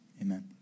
amen